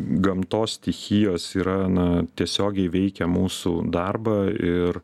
gamtos stichijos yra na tiesiogiai veikia mūsų darbą ir